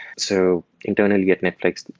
so internally at netflix,